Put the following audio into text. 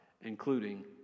including